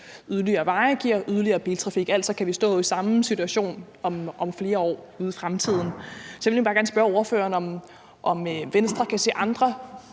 yderligere veje giver yderligere biltrafik. Altså, kan vi stå i samme situation om flere år ude i fremtiden? Så vil jeg gerne spørge ordføreren, om Venstre kan se andre